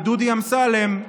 ודודי אמסלם,